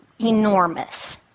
enormous